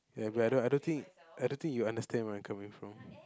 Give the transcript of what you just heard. ya but I don't I don't think I don't think you understand where I'm coming from